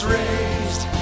raised